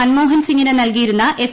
മൻമോഹൻ സിംഗിന് നൽകിയിരുന്ന എസ്